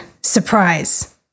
surprise